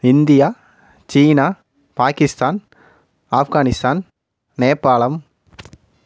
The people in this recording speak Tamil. இந்தியா சீனா பாகிஸ்தான் ஆப்கானிஸ்தான் நேபாளம்